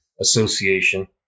association